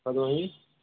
hello